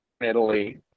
Italy